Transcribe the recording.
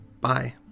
Bye